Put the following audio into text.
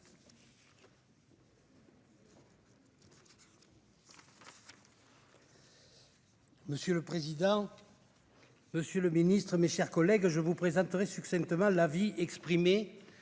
Monsieur le président, monsieur le ministre, mes chers collègues, je vous présenterai succinctement l'avis exprimé